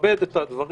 נכבד את הדברים.